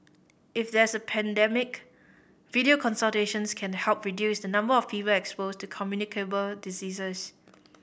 if there is a pandemic video consultations can help reduce the number of people exposed to communicable diseases